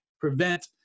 prevent